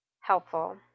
helpful